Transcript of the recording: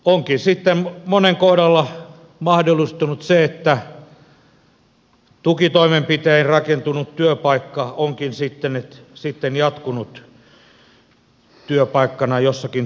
onkin monen kohdalla mahdollistunut se että tukitoimenpitein rakentunut työpaikka onkin sitten jatkunut työpaikkana jossakin toisaalla